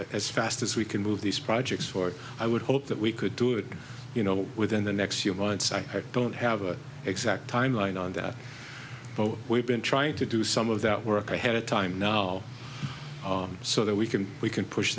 as fast as we can move these projects for i would hope that we could do it you know within the next few months i don't have an exact timeline on that but we've been trying to do some of that work ahead of time now so that we can we can push